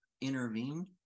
intervene